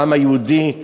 העם היהודי,